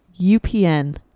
UPN